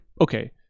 okay